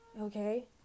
okay